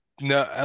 no